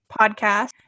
Podcast